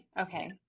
Okay